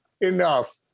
enough